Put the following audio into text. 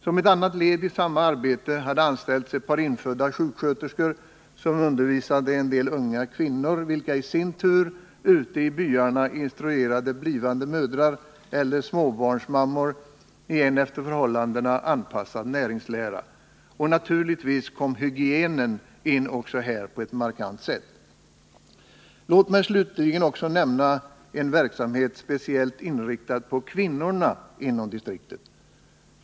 Som ett annat led i samma arbete hade anställts ett par inföddda sjuksköterskor, som undervisade en del unga kvinnor, vilka i sin tur ute i byarna instruerade blivande mödrar eller småbarnsmammor i en efter förhållandena anpassad näringslära. Och naturligtvis kom hygienen in också här på ett markant sätt. Låt mig slutligen också nämna en verksamhet speciellt inriktad på kvinnorna inom distriktet.